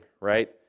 right